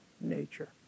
nature